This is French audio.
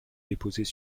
déposés